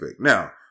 Now